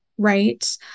right